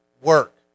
work